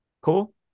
cool